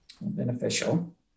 beneficial